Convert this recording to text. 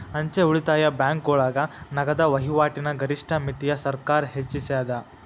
ಅಂಚೆ ಉಳಿತಾಯ ಬ್ಯಾಂಕೋಳಗ ನಗದ ವಹಿವಾಟಿನ ಗರಿಷ್ಠ ಮಿತಿನ ಸರ್ಕಾರ್ ಹೆಚ್ಚಿಸ್ಯಾದ